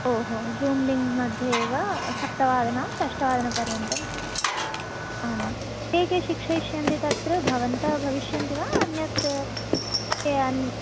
ओ हो Zoom link मध्ये एव सप्तवादनात् अष्टवादनपर्यन्तम् आं के के शिक्षयिष्यन्ति तत्र भवन्तः भविष्यन्ति वा अन्यत् के